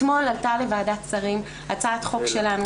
אתמול עלתה לוועדת שרים הצעת חוק שלנו,